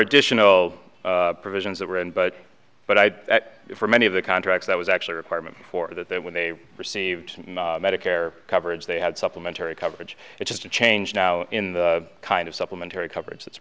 additional provisions that were in but but i for many of the contracts that was actually a requirement for that that when they received medicare coverage they had supplementary coverage which is a change now in the kind of supplementary coverage it's